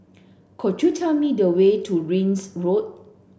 could you tell me the way to Ring's Road